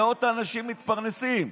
מאות אנשים מתפרנסים.